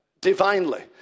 Divinely